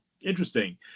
Interesting